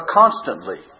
constantly